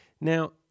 Now